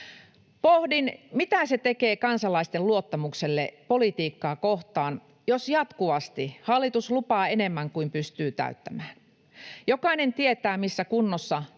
Pohdin, mitä se tekee kansalaisten luottamukselle politiikkaa kohtaan, jos jatkuvasti hallitus lupaa enemmän kuin pystyy täyttämään. Jokainen tietää, missä kunnossa